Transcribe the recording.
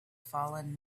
fallen